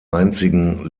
einzigen